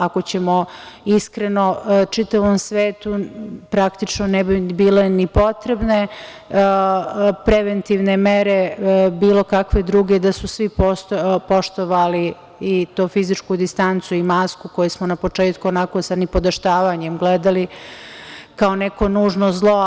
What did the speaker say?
Ako ćemo iskreno, čitavom svetu praktično ne bi bile ni potrebne preventivne mere, bilo kakve druge da su svi poštovali fizičku distancu i masku koju smo na početku onako sa nipodaštavanjem gledali kao neko nužno zlo.